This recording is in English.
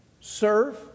serve